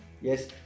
Yes